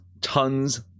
tons